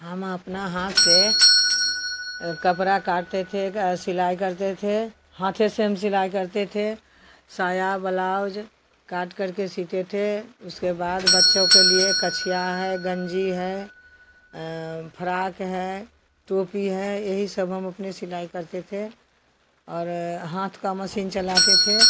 हम अपना हाथ से कपड़ा काटते थे सिलाई करते थे हाथ ही से हम सिलाई करते थे साया बलाउज काटकर के सीते थे उसके बाद बच्चों के लिए कछिया है गंजी है फ्राक है टोपी है यही सब हम अपने सिलाई करते थे और हाथ का मसीन चलाते थे